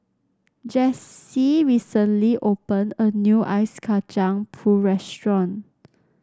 Jessee recently opened a new Ice Kacang Pool restaurant